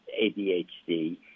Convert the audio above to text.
ADHD